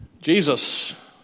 Jesus